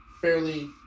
fairly